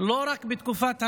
לא רק בתקופת המלחמה.